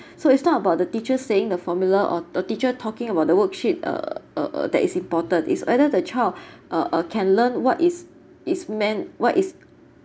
so it's not about the teacher saying the formula or the teacher talking about the worksheet(uh) uh uh that is important is whether the child uh uh can learn what is is meant what is